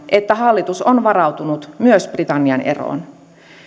että hallitus on varautunut myös britannian eroon